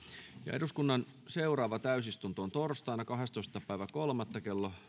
eduskunnan seuraava täysistunto on torstaina kahdestoista kolmatta kaksituhattakaksikymmentä kello